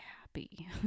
happy